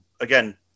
again